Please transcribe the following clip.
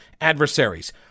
adversaries